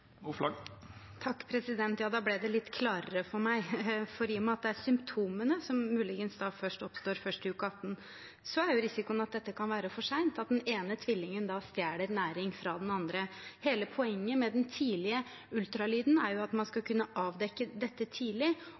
Da ble det litt klarere for meg. For i og med at symptomene muligens oppstår først i uke 18, er jo risikoen at dette kan være for sent, at den ene tvillingen da stjeler næring fra den andre. Hele poenget med den tidlige ultralyden er jo at man skal kunne avdekke dette tidlig